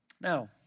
Now